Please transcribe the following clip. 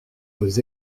aux